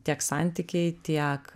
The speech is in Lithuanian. tiek santykiai tiek